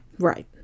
right